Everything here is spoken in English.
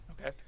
Okay